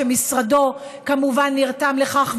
שמשרדו כמובן נרתם לכך,